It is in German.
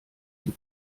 die